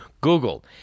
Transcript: Google